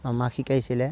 আমাক শিকাইছিলে